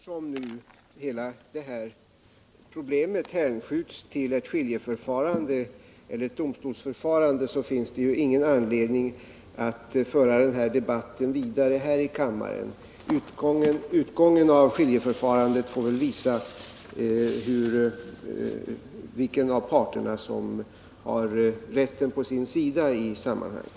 Herr talman! Jag vill säga till Torkel Lindahl att eftersom hela detta problem nu hänskjuts till ett domstolsförfarande, finns det ingen anledning att föra denna debatt vidare här i kammaren. Utgången av skiljeförfarandet får väl visa vilken av parterna som har rätten på sin sida i sammanhanget.